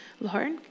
Lord